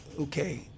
okay